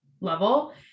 level